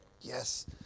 yes